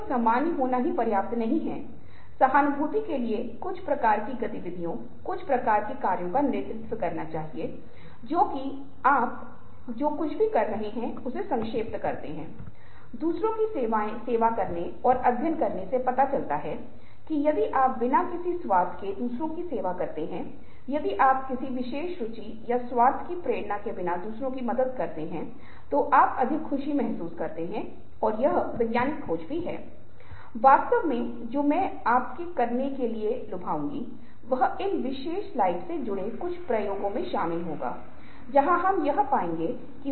एक सबक जो मैंने सीखा था वह यह था कि व्यक्तिगत धीरज को साझा करने के संदर्भ में यह धीरज और एक महत्वपूर्ण बात को गैर महत्वपूर्ण तिमाही में फिर से शामिल करना क्योंकि उनकी प्रधानता इस तथ्य को दी गई थी कि हम व्यक्तिगत स्तर पर बात कर रहे थे और हम किसी ऐसी चीज के बारे में बात कर रहे थे जो बहुत गंभीर या गहरी चिंता का विषय था उसने शायद उसे एहसास दिलाया कि मुझे जो कुछ भी साझा करना था जो मैंने सीधे साझा नहीं किया था उसने आखिर में पूछा कि जब मैं जा रहा था तो कुछ मूल्य का भी था और इसलिए उसने इसे मूल्य की महत्वपूर्ण राशि दी